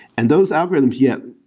and those algorithms, yet,